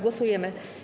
Głosujemy.